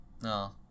No